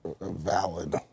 Valid